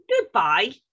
Goodbye